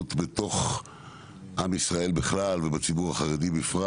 באחדות בתוך עם ישראל בכלל ובציבור החרדי בפרט.